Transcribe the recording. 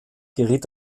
geriet